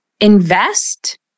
Invest